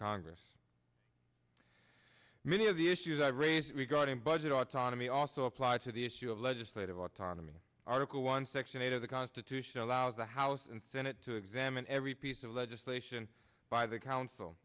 congress many of the issues i raised regarding budget autonomy also apply to the issue of legislative autonomy article one section eight of the constitution allows the house and senate to examine every piece of legislation by the council